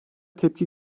tepki